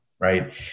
Right